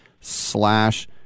slash